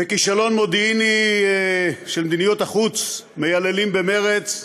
כישלון מודיעיני של מדיניות החוץ, מייללים במרצ,